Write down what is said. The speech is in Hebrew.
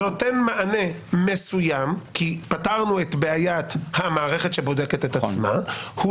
נותן מענה מסוים כי פתרנו את בעיית המערכת שבודקת את עצמה.